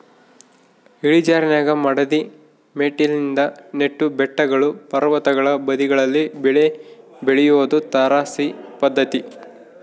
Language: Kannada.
ಇಳಿಜಾರಿನಾಗ ಮಡಿದ ಮೆಟ್ಟಿಲಿನ ನೆಟ್ಟು ಬೆಟ್ಟಗಳು ಪರ್ವತಗಳ ಬದಿಗಳಲ್ಲಿ ಬೆಳೆ ಬೆಳಿಯೋದು ತಾರಸಿ ಪದ್ಧತಿ